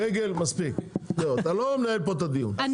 מספיק לא אתה לא מנהל פה את הדיון,